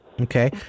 Okay